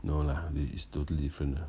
no lah this is totally different